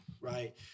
right